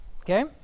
okay